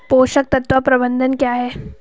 पोषक तत्व प्रबंधन क्या है?